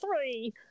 three